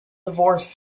divorced